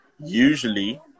usually